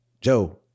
joe